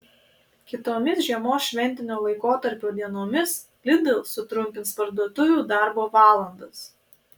kitomis žiemos šventinio laikotarpio dienomis lidl sutrumpins parduotuvių darbo valandas